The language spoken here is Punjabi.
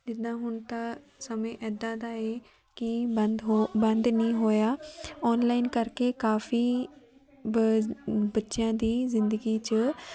ਜਿੱਦਾਂ ਹੁਣ ਤਾਂ ਸਮੇਂ ਇੱਦਾਂ ਦਾ ਏ ਕਿ ਬੰਦ ਹੋ ਬੰਦ ਨਹੀਂ ਹੋਇਆ ਔਨਲਾਈਨ ਕਰਕੇ ਕਾਫੀ ਬ ਬੱਚਿਆਂ ਦੀ ਜ਼ਿੰਦਗੀ 'ਚ